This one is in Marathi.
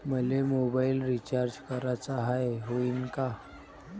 मले मोबाईल रिचार्ज कराचा हाय, होईनं का?